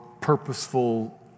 purposeful